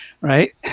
Right